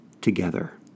together